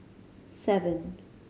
seven